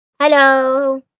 Hello